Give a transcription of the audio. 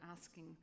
asking